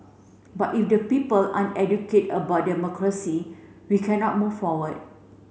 but if the people aren't educate about democracy we cannot move forward